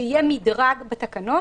שיהיה מדרג בתקנות.